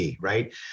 right